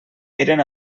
eren